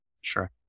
Sure